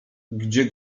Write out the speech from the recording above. gdzie